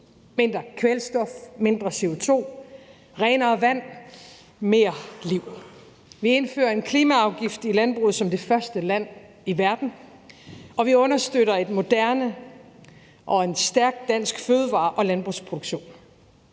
mindre kvælstof, mindre CO2, renere vand – mere liv. Vi indfører en klimaafgift i landbruget som det første land i verden, og vi understøtter en moderne og stærk dansk fødevare- og landbrugsproduktion.